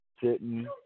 sitting